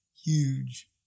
huge